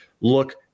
look